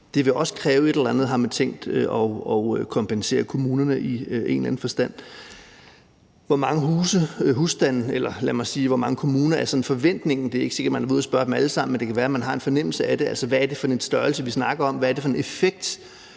et eller andet, og har man tænkt sig at kompensere kommunerne i en eller anden forstand? Hvor mange kommuner er det så forventningen, det drejer sig om? Det er ikke sikkert, man har været ude at spørge dem alle sammen, men det kan være, at man har en fornemmelse af det. Altså, hvad er det for en størrelse, vi snakker om, hvad er det for en effekt,